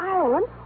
Ireland